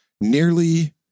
nearly